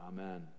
Amen